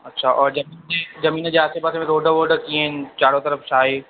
अच्छा और जंहिंजी ज़मीन जे आसे पासे में रोड वोड कीअं आहिनि चारो तरफ़ छाहे